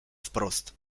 wprost